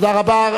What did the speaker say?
תודה רבה.